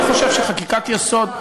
אז אני חושב שחקיקת יסוד,